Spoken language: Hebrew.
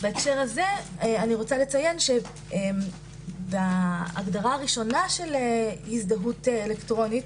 בהקשר הזה אציין שבהגדרה הראשונה של הזדהות אלקטרונית,